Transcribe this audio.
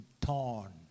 torn